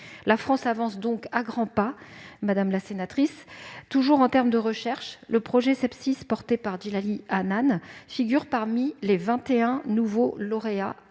La France avance donc à grands pas, madame la sénatrice. Toujours en termes de recherche, le projet Sepsis porté par Djillali Annane figure parmi les vingt et un nouveaux lauréats